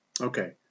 Okay